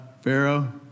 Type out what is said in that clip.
Pharaoh